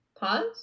pause